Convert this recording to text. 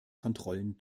kontrollen